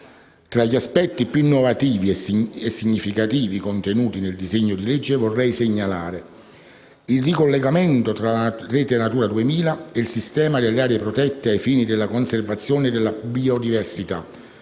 Tra gli aspetti più innovativi e significativi contenuti nel disegno di legge vorrei segnalare: il ricollegamento tra la Rete Natura 2000 e il sistema delle aree protette ai fini della conservazione della biodiversità